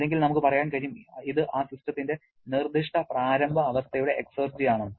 അല്ലെങ്കിൽ നമുക്ക് പറയാൻ കഴിയും ഇത് ആ സിസ്റ്റത്തിന്റെ നിർദ്ദിഷ്ട പ്രാരംഭ അവസ്ഥയുടെ എക്സർജി ആണെന്ന്